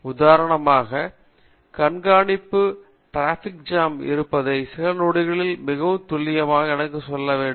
உதாரணமாக ஒரு கண்காணிப்பு ட்ராஃபிக் ஜாம் இருப்பதை சில நொடிகளில் மிகவும் துல்லியமாக எனக்கு சொல்ல வேண்டும்